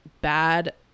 bad